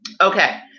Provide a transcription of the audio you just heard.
Okay